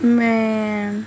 man